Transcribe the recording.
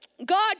God